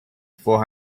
four